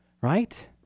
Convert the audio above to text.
right